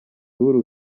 uhuru